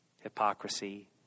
hypocrisy